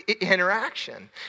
interaction